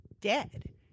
dead